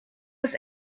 bis